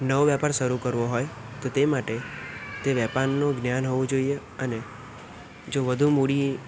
નવો વેપાર શરૂ કરવો હોય તો તે માટે તે વેપારનું જ્ઞાન હોવું જોઈએ અને જો વધુ મૂડી